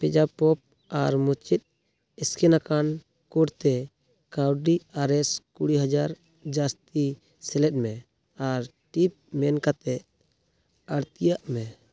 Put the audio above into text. ᱯᱮᱡᱟᱯᱚᱯ ᱟᱨ ᱢᱩᱪᱟᱹᱫ ᱮᱥᱠᱮᱱᱟᱠᱟᱱ ᱠᱳᱰᱛᱮ ᱠᱟᱣᱰᱤ ᱟᱨᱮᱥ ᱠᱩᱲᱤ ᱦᱟᱡᱟᱨ ᱡᱟᱥᱛᱤ ᱥᱮᱞᱮᱫᱢᱮ ᱟᱨ ᱴᱤᱯ ᱢᱮᱱᱠᱟᱛᱮᱫ ᱟᱲᱛᱤᱭᱟᱜ ᱢᱮ